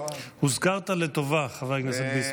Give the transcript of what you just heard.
הוזכרת לטובה, חבר הכנסת ביסמוט.